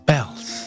Bells